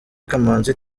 kamanzi